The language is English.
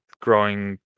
growing